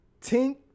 Tink